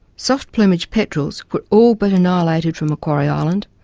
soft-plumaged petrels were all but annihilated from macquarie island,